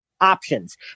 options